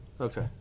Okay